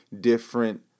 different